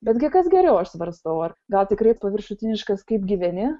betgi kas geriau aš svarstau ar gal tikrai paviršutiniškas kaip gyveni